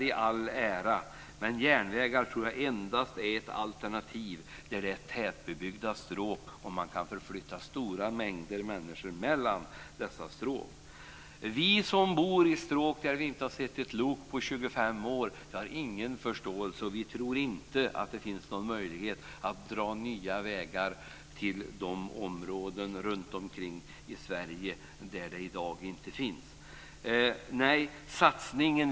Jag tror att järnvägar endast är ett alternativ där det är tätbebyggda stråk och man kan förflytta stora mängder människor mellan dessa stråk. Vi som bor i stråk där vi inte har sett ett lok på 25 år har ingen förståelse. Vi tror inte att det finns någon möjlighet att dra nya vägar i de områden runtomkring i Sverige där det i dag inte finns.